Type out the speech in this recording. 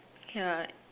yeah